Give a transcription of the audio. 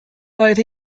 roedd